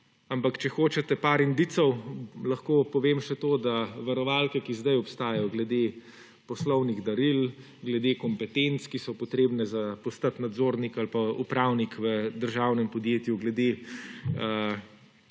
Ampak če hočete par indicev lahko povem še to, da varovalke, ki sedaj obstajajo glede poslovnih daril, glede kompetenc, ki so potrebne za postati nadzornik ali upravnik v državnem podjetju glede